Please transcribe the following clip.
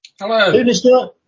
Hello